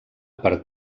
per